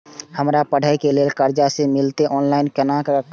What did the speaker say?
हमरा पढ़े के लेल कर्जा जे मिलते ऑनलाइन केना करबे?